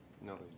No